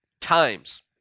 times